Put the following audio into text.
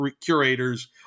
curators